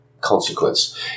consequence